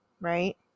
right